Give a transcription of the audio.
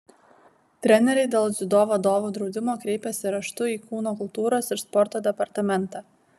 treneriai dėl dziudo vadovų draudimo kreipėsi raštu į kūno kultūros ir sporto departamentą